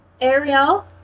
Ariel